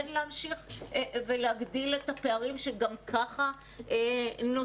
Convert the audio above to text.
כן להמשיך ולהגדיל את הפערים, שגם ככה נוצרו?